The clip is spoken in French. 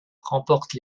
remporte